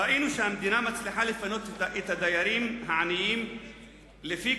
ראינו שהמדינה מצליחה לפנות את הדיירים העניים לפי